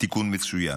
תיקון מצוין.